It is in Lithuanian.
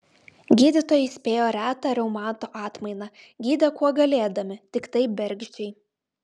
gydytojai spėjo retą reumato atmainą gydė kuo galėdami tiktai bergždžiai